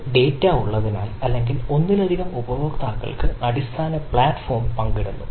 ഒരു ഡാറ്റ ഉള്ളതിനാൽ അല്ലെങ്കിൽ ഒന്നിലധികം ഉപയോക്താക്കൾക്ക് അടിസ്ഥാന പ്ലാറ്റ്ഫോം പങ്കിടുന്നു